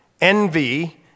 envy